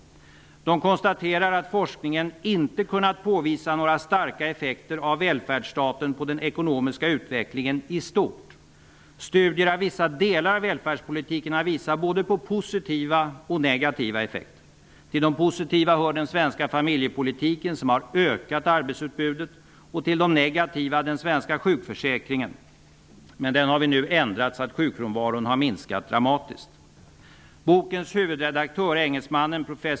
De konstaterar att forskningen inte kunnat påvisa några starka effekter av välfärdsstaten på den ekonomiska utvecklingen i stort. Studier av vissa delar av välfärdspolitiken har visat på både positiva och negativa effekter. Till de positiva hör den svenska familjepolitiken, som har ökat arbetsutbudet, till de negativa den svenska sjukförsäkringen. Den senare har vi nu ändrat så att sjukfrånvaron har minskat dramatiskt. A.B.